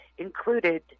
included